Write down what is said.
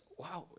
wow